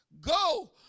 Go